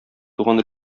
туган